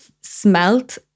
smelt